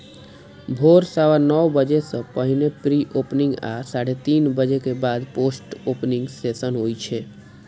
भोर सवा नौ बजे सं पहिने प्री ओपनिंग आ साढ़े तीन बजे के बाद पोस्ट ओपनिंग सेशन होइ छै